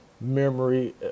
memory